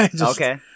Okay